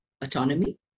autonomy